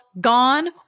gone